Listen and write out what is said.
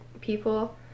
people